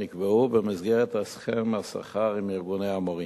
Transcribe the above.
נקבעו במסגרת הסכם השכר עם ארגוני המורים.